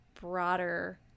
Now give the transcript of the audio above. broader